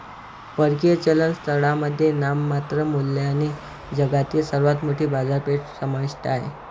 परकीय चलन स्थळांमध्ये नाममात्र मूल्याने जगातील सर्वात मोठी बाजारपेठ समाविष्ट आहे